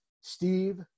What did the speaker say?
Steve